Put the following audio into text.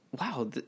wow